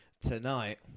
tonight